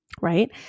Right